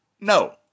No